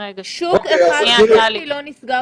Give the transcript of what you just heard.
אז גם זה משתנה.